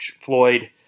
Floyd